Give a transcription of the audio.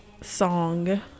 song